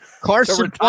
Carson